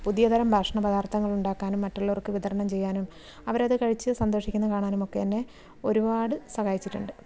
പുതിയതരം ഭക്ഷണ പദാർത്ഥങ്ങളുണ്ടാക്കാനും മറ്റുള്ളവർക്ക് വിതരണം ചെയ്യാനും അവരത് കഴിച്ച് സന്തോഷിക്കുന്നത് കാണാനുമൊക്കെ എന്നെ ഒരുപാട് സഹായിച്ചിട്ടുണ്ട്